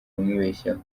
bamwibeshyaho